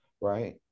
right